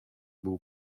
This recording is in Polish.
byl